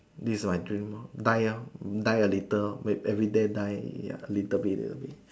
this is my dream lor die lor die a little lor everyday die a little bit a little bit